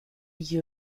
die